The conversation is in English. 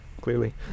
clearly